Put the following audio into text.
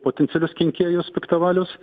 potencialius kenkėjus piktavalius